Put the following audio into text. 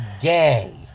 gay